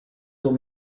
will